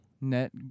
net